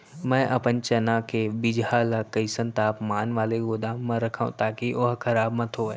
मैं अपन चना के बीजहा ल कइसन तापमान वाले गोदाम म रखव ताकि ओहा खराब मत होवय?